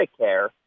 Medicare